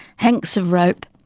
hanks of rope,